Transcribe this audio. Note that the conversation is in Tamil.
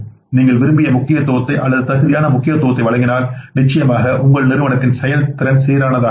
நீங்கள் விரும்பிய முக்கியத்துவத்தை அல்லது தகுதியான முக்கியத்துவத்தை வழங்கினால் நிச்சயமாக உங்கள் நிறுவனத்தின் செயல்திறன் சீரானதாக இருக்கும்